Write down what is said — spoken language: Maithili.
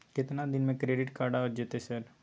केतना दिन में क्रेडिट कार्ड आ जेतै सर?